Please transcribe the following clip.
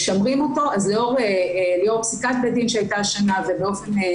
אז לאור פסיקת בית דין שהייתה השנה ובאופן